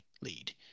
lead